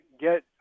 get